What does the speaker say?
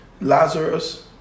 Lazarus